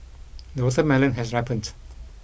the watermelon has ripened